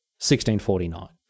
1649